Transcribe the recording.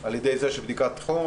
על ידי בדיקת חום